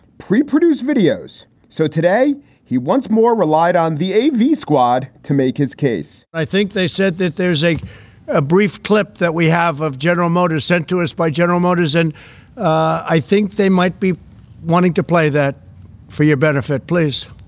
pre-produced videos. so today he once more relied on the a v. squad to make his case i think they said that there's a a brief clip that we have of general motors sent to us by general motors, and i think they might be wanting to play that for your benefit, please